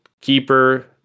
keeper